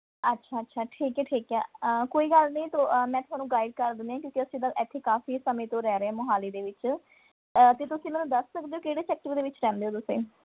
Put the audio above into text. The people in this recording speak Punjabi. ਅੱਛਾ ਅੱਛਾ ਠੀਕ ਹੈ ਠੀਕ ਹੈ ਕੋਈ ਗੱਲ ਨਹੀਂ ਤੂੰ ਮੈਂ ਤੁਹਾਨੂੰ ਗਾਈਡ ਕਰ ਦਿੰਦੀ ਹਾਂ ਕਿਉਂਕਿ ਅਸੀਂ ਤਾਂ ਇੱਥੇ ਕਾਫੀ ਸਮੇਂ ਤੋਂ ਰਹਿ ਰਹੇ ਹਾਂ ਮੋਹਾਲੀ ਦੇ ਵਿੱਚ ਅਤੇ ਤੁਸੀਂ ਮੈਨੂੰ ਦੱਸ ਸਕਦੇ ਹੋ ਕਿਹੜੇ ਸੈਕਟਰ ਦੇ ਵਿੱਚ ਰਹਿੰਦੇ ਹੋ ਤੁਸੀਂ